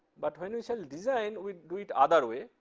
but when we shall design, we do it other way,